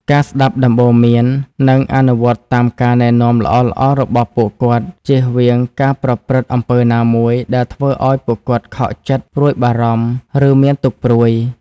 ការស្ដាប់ដំបូន្មាន និងអនុវត្តតាមការណែនាំល្អៗរបស់ពួកគាត់ ជៀសវាងការប្រព្រឹត្តអំពើណាមួយដែលធ្វើឲ្យពួកគាត់ខកចិត្ត ព្រួយបារម្ភ ឬមានទុក្ខព្រួយ។